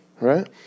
right